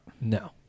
No